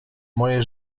moje